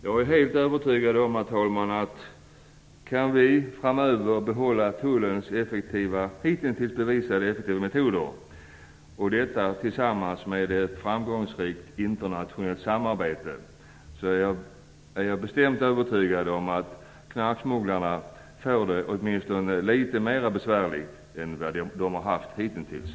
Jag är helt övertygad om, herr talman, att om vi framöver kan behålla tullens hittills bevisade effektiva metoder, tillsammans med ett framgångsrikt internationellt samarbete, så kommer knarksmugglarna att få det åtminstone litet mera besvärligt än de haft hittills.